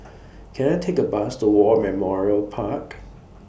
Can I Take A Bus to War Memorial Park